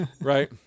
right